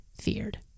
feared